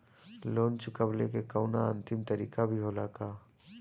Loan चुकवले के कौनो अंतिम तारीख भी होला का?